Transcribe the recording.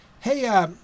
hey